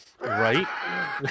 Right